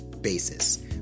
basis